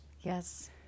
yes